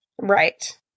Right